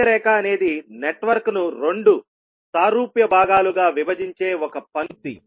మధ్య రేఖ అనేది నెట్వర్క్ను రెండు సారూప్య భాగాలుగా విభజించే ఒక పంక్తి